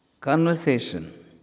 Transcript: Conversation